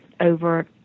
over